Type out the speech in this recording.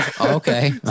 Okay